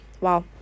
wow